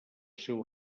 seu